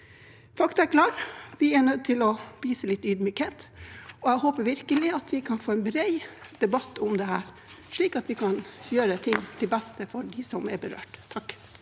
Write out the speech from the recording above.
er klare: Vi er nødt til å vise litt ydmykhet, og jeg håper virkelig at vi kan få en bred debatt om dette, slik at vi kan gjøre ting til beste for dem som er berørt. Lars